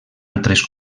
altres